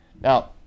Now